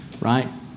right